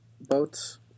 boats